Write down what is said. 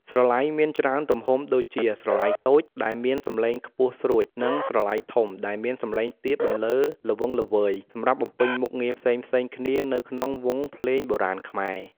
ស្រឡៃមានច្រើនទំហំដូចជា ស្រឡៃតូច ដែលមានសំឡេងខ្ពស់ស្រួច និង ស្រឡៃធំ ដែលមានសំឡេងទាបបន្លឺល្វឹងល្វើយ សម្រាប់បំពេញមុខងារផ្សេងៗគ្នានៅក្នុងវង់ភ្លេងបុរាណខ្មែរ។